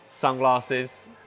Sunglasses